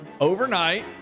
Overnight